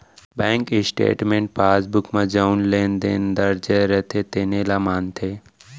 bank statement passbook म जउन लेन देन दर्ज रथे तेने ल मानथे